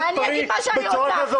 אני אגיד מה שאני רוצה.